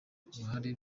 uruhare